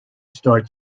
start